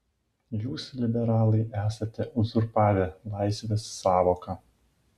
jūs liberalai esate uzurpavę laisvės sąvoką